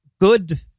Good